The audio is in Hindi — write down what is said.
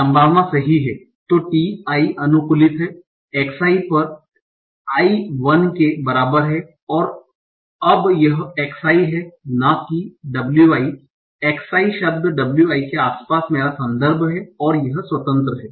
तो t i अनुकूलित है x i पर i 1 के बराबर है अब यह x i हैना की w i x i शब्द wi के आसपास मेरा संदर्भ है और यह स्वतंत्र है